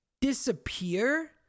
disappear